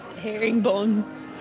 Herringbone